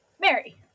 Mary